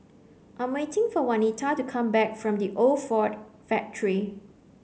I'm waiting for Wanita to come back from The Old Ford Factory